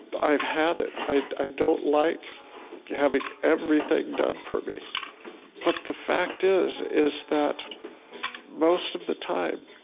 i've had it. i i don't like having everything done for me but the fact is, is that most of the time,